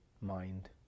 mind